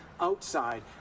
Outside